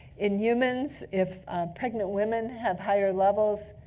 in humans, if pregnant women have higher levels,